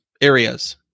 areas